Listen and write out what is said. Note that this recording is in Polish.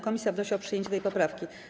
Komisja wnosi o przyjęcie tej poprawki.